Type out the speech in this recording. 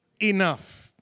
enough